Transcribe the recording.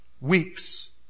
weeps